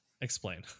Explain